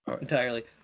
entirely